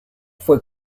fue